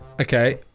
Okay